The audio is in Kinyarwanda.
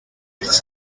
iki